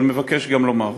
אבל מבקש גם לומר